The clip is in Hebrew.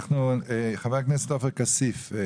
חבר הכנסת עופר כסיף.